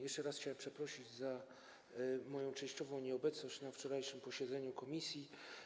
Jeszcze raz chciałem przeprosić za moją częściową nieobecność na wczorajszym posiedzeniu komisji.